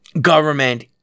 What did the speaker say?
government